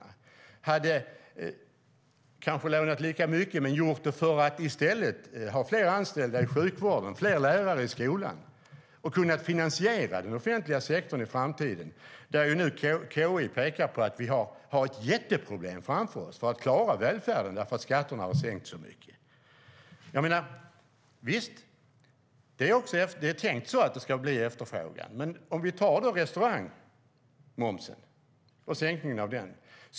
Vi kanske hade lånat lika mycket, men vi hade gjort det för att i stället ha fler anställda i sjukvården och fler lärare i skolan och kunnat finansiera den offentliga sektorn i framtiden. KI pekar på att vi har ett jätteproblem framför oss med att klara välfärden därför att skatterna har sänkts så mycket. Visst är det tänkt så att det ska bli efterfrågan, men då kan vi titta på restaurangmomsen och sänkningen av den.